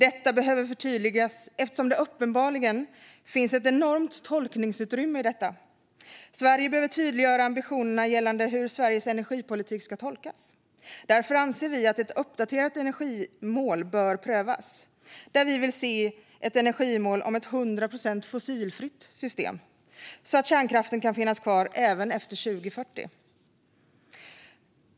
Detta behöver förtydligas eftersom det uppenbarligen finns ett enormt tolkningsutrymme i detta. Sverige behöver tydliggöra ambitionerna för hur Sveriges energipolitik ska tolkas. Därför anser vi att ett uppdaterat energimål bör prövas, där vi vill se ett energimål om ett 100 procent fossilfritt elsystem, så att kärnkraften kan finnas kvar även efter 2040.